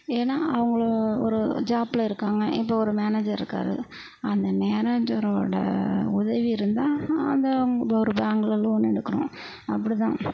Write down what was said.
ஏன்னால் அவங்களும் ஒரு ஜாப்பில் இருக்காங்க இப்போ ஒரு மேனஜர் இருக்கார் அந்த மேனஜரோட உதவி இருந்தால் அந்த ஒரு பேங்க்கில் லோன் எடுக்கிறோம் அப்படிதான்